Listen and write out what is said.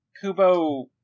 Kubo